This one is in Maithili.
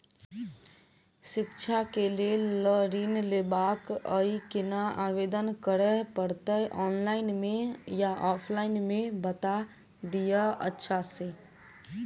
शिक्षा केँ लेल लऽ ऋण लेबाक अई केना आवेदन करै पड़तै ऑनलाइन मे या ऑफलाइन मे बता दिय अच्छा सऽ?